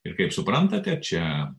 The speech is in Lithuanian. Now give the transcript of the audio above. ir kaip suprantate čia